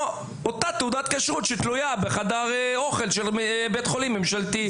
אותה תעודת כשרות שתלויה בחדר האוכל של בית חולים ממשלתי.